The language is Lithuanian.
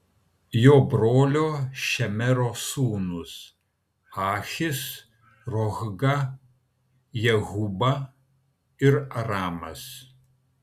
jo brolio šemero sūnūs ahis rohga jehuba ir aramas